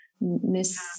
miss